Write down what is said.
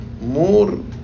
more